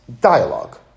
dialogue